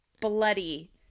bloody